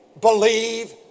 believe